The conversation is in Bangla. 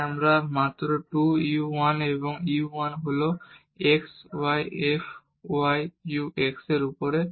তাই আমরা মাত্র 2 u 1 এবং u 1 হল x y f y u x এর উপরে